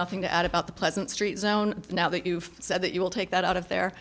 nothing to add about the pleasant street zone now that you've said that you will take that out of there